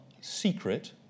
secret